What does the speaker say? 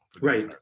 right